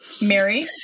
Mary